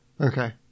Okay